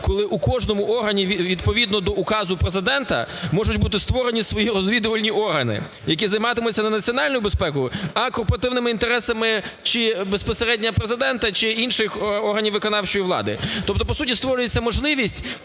коли у кожному органі відповідно до указу Президента можуть бути створені свої розвідувальні органи, які займатимуться не національною безпекою, а корпоративними інтересами чи безпосередньо Президента, чи інших органів виконавчої влади. Тобто по суті створюється можливість